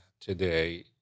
today